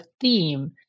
theme